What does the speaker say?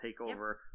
takeover